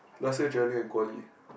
last year Jerylin and Guo-Li